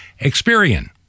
Experian